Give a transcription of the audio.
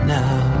now